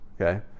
Okay